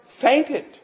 Fainted